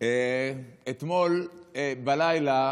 אתמול בלילה